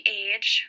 age